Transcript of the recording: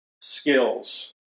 skills